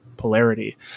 polarity